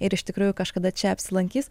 ir iš tikrųjų kažkada čia apsilankys